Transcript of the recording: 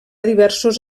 diversos